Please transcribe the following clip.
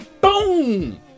boom